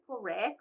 correct